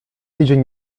tydzień